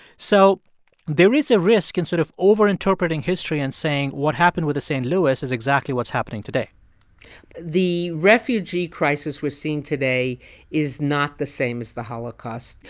so there is a risk in sort of over-interpreting history and saying what happened with the st. louis is exactly what's happening today the refugee crisis we're seeing today is not the same as the holocaust.